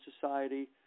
society